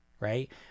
right